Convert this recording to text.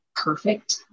perfect